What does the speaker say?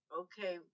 okay